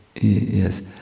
Yes